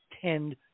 tend